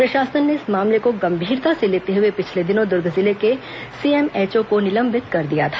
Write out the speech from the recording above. प्रशासन ने इस मामले को गंभीरता से लेते हुए पिछले दिनों दुर्ग जिले के सीएमएचओ को निलंबित कर दिया था